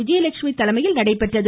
விஜயலட்சுமி தலைமையில் நடைபெற்றது